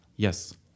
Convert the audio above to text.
Yes